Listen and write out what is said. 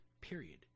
Period